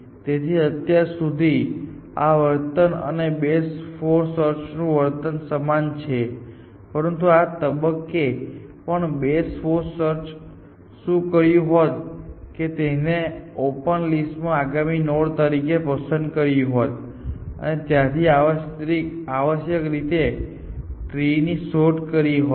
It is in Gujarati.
તેથી અત્યાર સુધી આ વર્તન અને બેસ્ટ ફોર સર્ચ નું વર્તન સમાન છે પરંતુ આ તબક્કે પણ બેસ્ટ ફોર સર્ચ એ શું કર્યું હોત કે તેણે તેને ઓપન લિસ્ટ માંથી આગામી નોડ તરીકે પસંદ કર્યું હોત અને ત્યાંથી આવશ્યકરીતે ટ્રી ની શોધ શરૂ કરી હોત